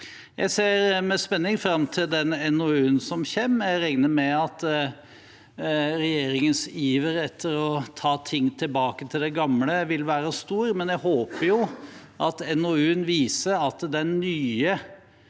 Jeg ser med spenning fram til NOU-en som kommer. Jeg regner med at regjeringens iver etter å ta ting tilbake til det gamle vil være stor, men jeg håper jo at NOU-en vil synliggjøre den nye